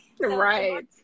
right